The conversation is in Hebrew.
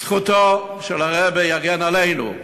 זכותו של הרבי יגן עלינו,